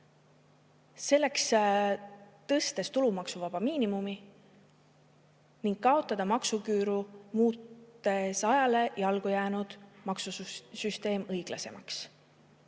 tuleks tõsta tulumaksuvaba miinimumi ning kaotada maksuküür, muutes ajale jalgu jäänud maksusüsteemi õiglasemaks.